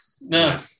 No